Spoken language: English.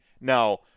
Now